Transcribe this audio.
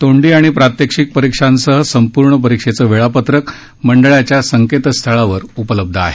तोंडी आणि प्रात्यक्षिक परीक्षांसह संपूर्ण परीक्षेचं वेळापत्रक मंडळाच्या संकेतस्थळावर उपलब्ध आहे